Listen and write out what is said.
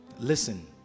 Listen